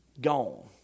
gone